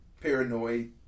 paranoid